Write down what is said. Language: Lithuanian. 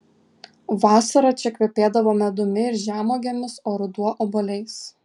vasara čia kvepėdavo medumi ir žemuogėmis o ruduo obuoliais